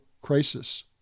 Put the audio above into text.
crisis